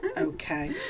okay